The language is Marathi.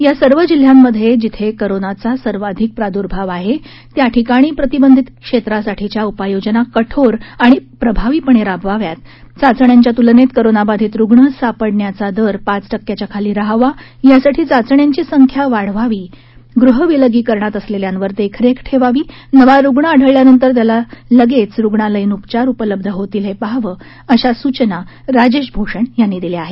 या सर्व जिल्ह्यांमधे जिथे कोरोनाचा सर्वाधिक प्रादूर्भाव आहे त्या त्या ठिकाणी प्रतिबंधित क्षेत्रासाठीच्या उपाययोजना कठेर आणि प्रभावीपणे राबवाव्यात चाचण्यांच्या तुलनेत कोरोनाबाधित रुग्ण सापडण्याचा दर पाच टक्क्याच्या खाली राहावा यासाठी चाचण्यांची संख्या वाढवावी गृह विलगीकरणात असलेल्यांवर देखरेख ठेवावी नवा रुग्ण आढळल्यानंतर त्याला लागलीच रुग्णालयीन उपचार उपलब्ध होतील हे पहावं अशा सूचना राजेश भूषण यांनी दिल्या आहेत